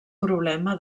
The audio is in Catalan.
problema